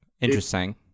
interesting